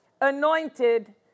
anointed